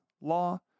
law